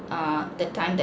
err the time that